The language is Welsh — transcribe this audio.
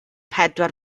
pedwar